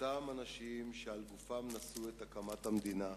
אותם אנשים שעל גופם נשאו את הקמת המדינה,